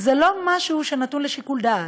זה לא משהו שנתון לשיקול דעת.